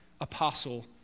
apostle